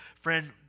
friend